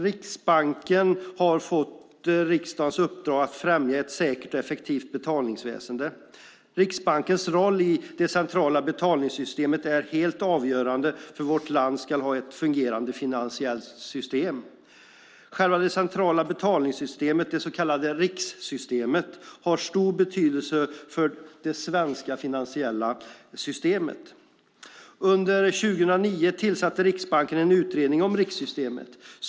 Riksbanken har fått riksdagens uppdrag att främja ett säkert och effektivt betalningsväsen. Riksbankens roll i det centrala betalningssystemet är helt avgörande för att vårt land ska ha ett fungerande finansiellt system. Själva det centrala betalningssystemet, det så kallade RIX-systemet, har stor betydelse för det svenska finansiella systemet. Under 2009 tillsatte Riksbanken en utredning om RIX.